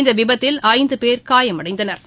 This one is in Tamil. இந்தவிபத்தில் ஐந்துபோ் காயமடைந்தனா்